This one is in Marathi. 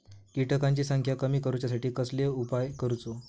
किटकांची संख्या कमी करुच्यासाठी कसलो उपाय करूचो?